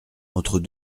entre